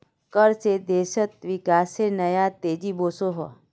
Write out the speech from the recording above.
कर से देशोत विकासेर नया तेज़ी वोसोहो